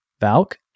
Valk